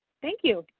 thank you.